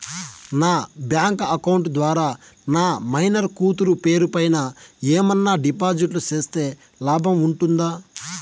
నా bank account ద్వారా నా మైనర్ కూతురు పేరు పైన ఏమన్నా డిపాజిట్లు సేస్తే లాభం ఉంటుందా?